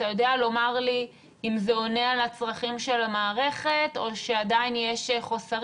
אתה יודע לומר לי אם זה עונה על הצרכים של המערכת או שעדיין יש חוסרים?